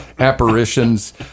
apparitions